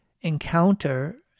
encounter